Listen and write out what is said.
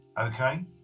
Okay